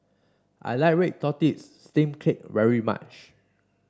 I like Red Tortoise Steamed Cake very much